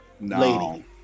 lady